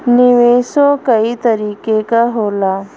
निवेशो कई तरीके क होला